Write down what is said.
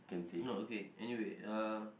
no okay anyway uh